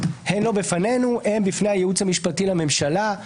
הן בפני הייעוץ המשפטי לממשלה.